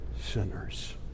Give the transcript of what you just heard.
sinners